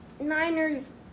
Niners